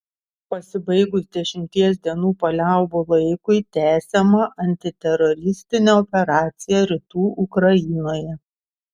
pasibaigus dešimties dienų paliaubų laikui tęsiama antiteroristinė operacija rytų ukrainoje